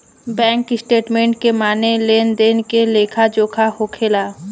bank statement के माने लेन देन के लेखा जोखा होखेला